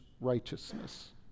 righteousness